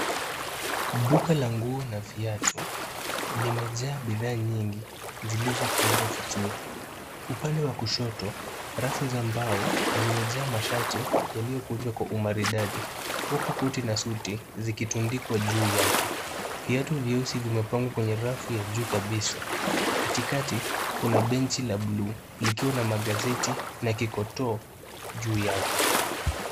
Duka la nguo na viatu, limejaa bidhaa nyingi, zilizopangwa vizuri. Upande wa kushoto, rafu za mbao zimejaa mashati, yaliyokunjwa kwa umaridadi, huku koti na suti zikitundikwa juu yake. Viatu vyeusi vimepangwa kwenye rafu ya juu kabisa. Katikati, kuna benchi la buluu likiwa na magazeti na kikotoo juu yake.